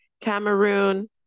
Cameroon